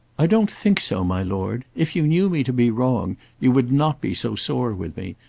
i don't think so, my lord. if you knew me to be wrong you would not be so sore with me.